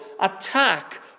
attack